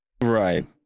right